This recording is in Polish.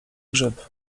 grzyb